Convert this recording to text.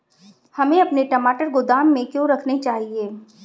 हमें अपने टमाटर गोदाम में क्यों रखने चाहिए?